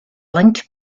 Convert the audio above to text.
linked